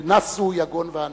ונסו יגון ואנחה.